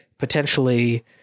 potentially